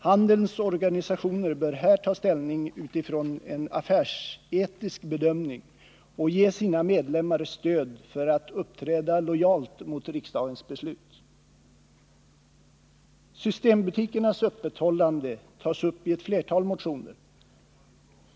Handelns organisationer bör här ta ställning utifrån en affärsetisk bedömning och ge sina medlemmar stöd för att uppträda lojalt mot riksdagens beslut. Systembutikernas öppethållande tas upp i ett flertal motioner.